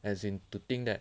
as in to think that